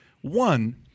One